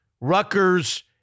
Rutgers-